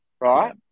right